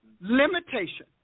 limitation